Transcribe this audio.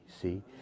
see